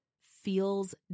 feels